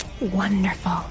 Wonderful